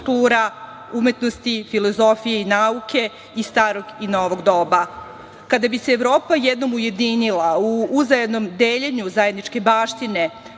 umetnosti, filozofije i nauke i starog i novog doba. Kada bi se Evropa jednom ujedinila u uzajamnom deljenju zajedničke baštine,